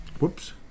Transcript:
Whoops